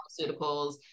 pharmaceuticals